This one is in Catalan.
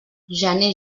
gener